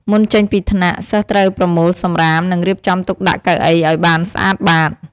មុនចេញពីថ្នាក់ សិស្សត្រូវប្រមូលសំរាម និង រៀបចំទុកដាក់កៅអីឱ្យបានស្អាតបាត។